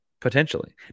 Potentially